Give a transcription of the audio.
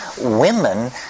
women